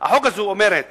החוק הזאת אומרת